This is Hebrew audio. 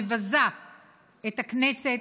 מבזה את הכנסת,